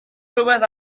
rhywbeth